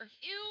Ew